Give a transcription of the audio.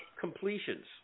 completions